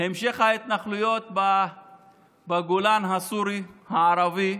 המשך ההתנחלויות בגולן הסורי, הערבי,